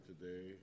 today